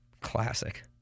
Classic